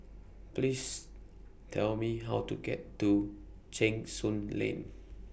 Please Tell Me How to get to Cheng Soon Lane